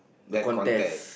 that contest